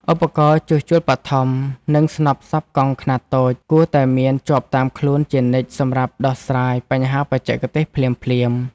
ឧបករណ៍ជួសជុលបឋម និងស្នប់សប់កង់ខ្នាតតូច គួរតែមានជាប់តាមខ្លួនជានិច្ចសម្រាប់ដោះស្រាយបញ្ហាបច្ចេកទេសភ្លាមៗ។